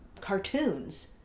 cartoons